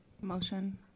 motion